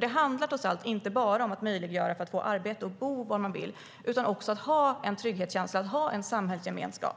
Det handlar trots allt inte bara om att möjliggöra för arbete och att man ska kunna bo var man vill utan också om att man ska ha en trygghetskänsla och en samhällsgemenskap.